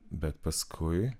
bet paskui